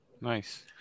nice